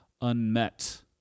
unmet